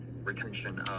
retention